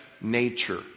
nature